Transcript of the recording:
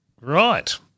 Right